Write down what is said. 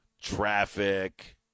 traffic